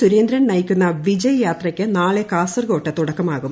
സുരേന്ദ്രൻ നയിക്കുന്ന വിജയ് യാത്രയ്ക്ക് നാളെ കാസർഗോട്ട് തുടക്കമാകും